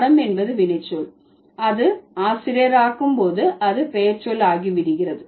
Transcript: பாடம் என்பது வினைச்சொல் அது ஆசிரியராக்கும் போது அது பெயர்ச்சொல் ஆகிவிடுகிறது